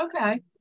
Okay